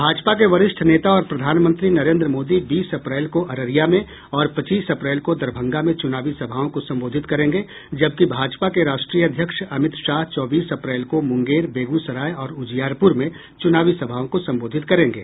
भाजपा के वरिष्ठ नेता और प्रधानमंत्री नरेंद्र मोदी बीस अप्रैल को अररिया में और पच्चीस अप्रैल को दरभंगा में चुनावी सभाओं को संबोधित करेंगे जबकि भाजपा के राष्ट्रीय अध्यक्ष अमित शाह चौबीस अप्रैल को मुंगेर बेगूसराय और उजियारपुर में चुनावी सभाओं को संबोधित करेंगे